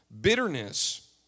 Bitterness